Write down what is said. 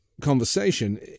conversation